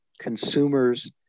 consumers